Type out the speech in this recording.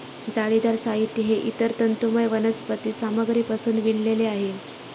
जाळीदार साहित्य हे इतर तंतुमय वनस्पती सामग्रीपासून विणलेले आहे